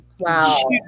Wow